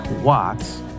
Watts